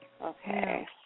Okay